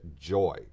joy